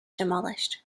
demolished